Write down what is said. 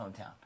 hometown